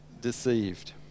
deceived